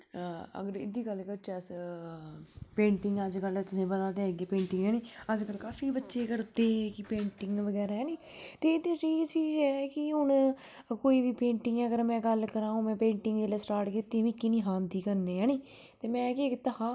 अगर एह्दी गल्ल करचै अस पेटिंगां अज्जकल तुसेंई पता पेंटिंगां निं अज्जकल काफी बच्चे करदे कि पेटिंग बगैरा ऐनी ते एह्दे च इ'यै चीज ऐ कि हून कोई बी पेटिंग अगर मैं गल्ल करां हून में पेटिंग जेल्लै स्टार्ट कीती में मिकी नेहा आंदी करने ऐनी ते मैं केह् कीता हा